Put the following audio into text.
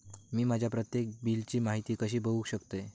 मी माझ्या प्रत्येक बिलची माहिती कशी बघू शकतय?